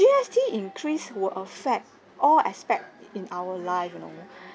G_S_T increase will affect all aspect in our life you know